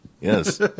yes